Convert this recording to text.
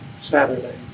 Saturday